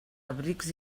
abrics